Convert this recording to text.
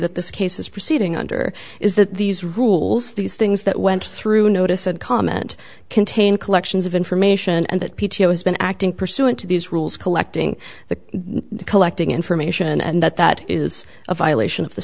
that this case is proceeding under is that these rules these things that went through notice and comment contain collections of information and that p t o has been acting pursuant to these rules collecting the collecting information and that that is a violation of the